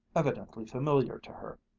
evidently familiar to her.